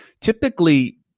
typically